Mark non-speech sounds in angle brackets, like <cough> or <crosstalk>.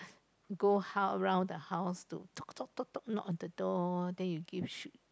go hou~ around the house to <noise> knock on the door then you give <noise>